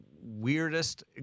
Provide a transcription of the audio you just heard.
weirdest